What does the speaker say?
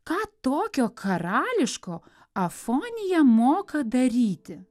ką tokio karališko afonija moka daryti